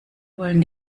wollen